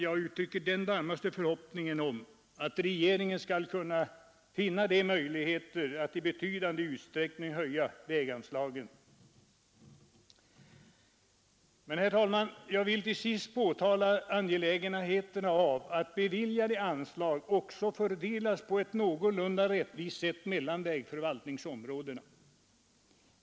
Jag uttrycker den varmaste förhoppning om att regeringen skall finna det möjligt att i betydande utsträckning höja anslagen till vägarna. Herr talman! Jag vill till sist betona angelägenheten av att beviljade anslag också fördelas på ett någorlunda rättvist sätt mellan vägförvaltningsområdena.